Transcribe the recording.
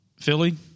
Philly